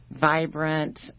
vibrant